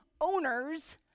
owners